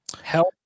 Help